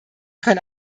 kann